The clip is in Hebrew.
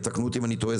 ותקנו אותי אם אני טועה,